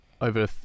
over